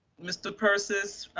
mr. persis.